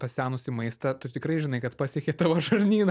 pasenusį maistą tu tikrai žinai kad pasiekė tavo žarnyną